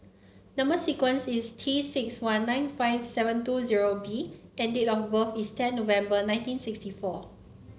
number sequence is T six one nine five seven two zero B and date of birth is ten November nineteen sixty four